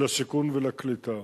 לשיכון ולקליטה.